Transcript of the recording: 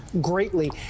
greatly